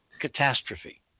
catastrophe